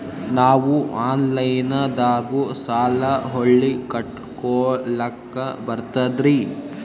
ನಾವು ಆನಲೈನದಾಗು ಸಾಲ ಹೊಳ್ಳಿ ಕಟ್ಕೋಲಕ್ಕ ಬರ್ತದ್ರಿ?